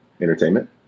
entertainment